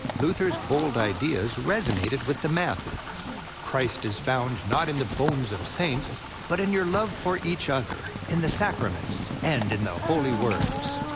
luther's bold ideas resonated with the masses christ is found not in the bones of saints but in your love for each other, in the sacraments, and in the holy words.